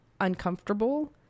uncomfortable